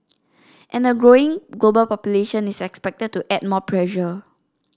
and a growing global population is expected to add more pressure